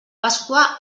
pasqua